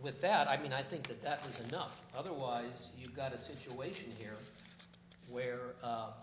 with that i mean i think that that was enough otherwise you got a situation here where